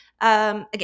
Again